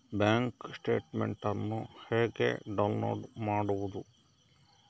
Bank statement ಅನ್ನು ಹೇಗೆ download ಮಾಡುವುದು?